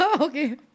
Okay